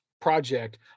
project